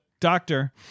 doctor